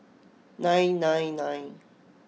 nine nine nine